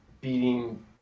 beating